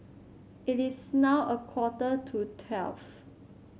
it is now a quarter to twelve